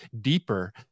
deeper